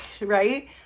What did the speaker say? right